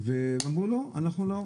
ואמרו לא, אנחנו לא,